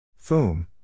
Foom